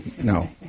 no